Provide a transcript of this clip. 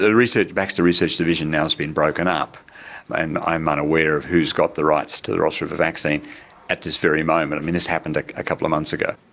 the baxter research division now has been broken up and i'm unaware of who's got the rights to the ross river vaccine at this very moment. i mean, this happened a couple of months ago.